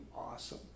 awesome